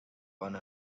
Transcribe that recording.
one